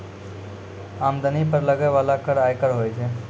आमदनी पर लगै बाला कर आयकर होय छै